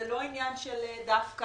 זה לא עניין של דווקא,